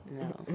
No